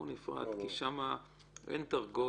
וכבר הוסבר החוק, יש מישהו שרוצה להוסיף, לדבר,